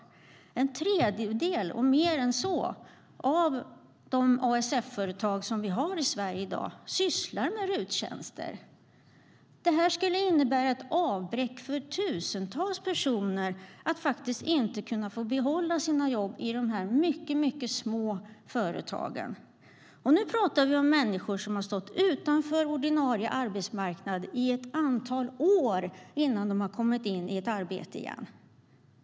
Mer än en tredjedel av ASF-företagen i Sverige sysslar med RUT-tjänster. Det skulle innebära ett avbräck för tusentals personer om de inte får behålla sina jobb i dessa små företag. Vi talar om människor som har stått utanför ordinarie arbetsmarknad i ett antal år innan de kommit i arbete igen.